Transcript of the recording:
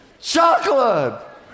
Chocolate